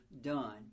done